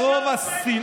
אבל מרוב השנאה,